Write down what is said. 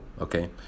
okay